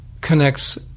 connects